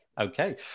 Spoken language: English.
Okay